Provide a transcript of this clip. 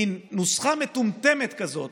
מין נוסחה מטומטמת כזאת